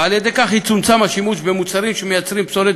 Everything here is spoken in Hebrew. ועל-ידי כך יצומצם השימוש במוצרים שמייצרים פסולת